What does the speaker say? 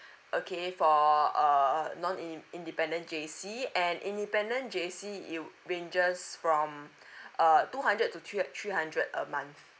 okay for err non inde~ independent J_C and independent J_C it ranges from uh two hundred to three three hundred a month